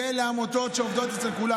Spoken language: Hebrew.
יהיה לעמותות שעובדות אצל כולם.